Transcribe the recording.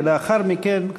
לאחר מכן,